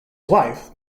wife